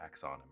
taxonomy